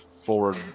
forward